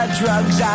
drugs